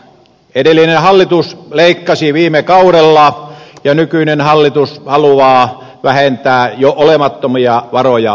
edellinen hallitus leikkasi viime kaudella ja nykyinen hallitus haluaa vähentää jo olemattomia varoja entisestään